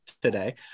today